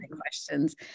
questions